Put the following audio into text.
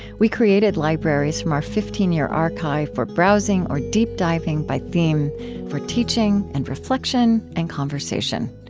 we created libraries from our fifteen year archive for browsing or deep diving by theme for teaching and reflection and conversation.